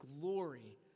glory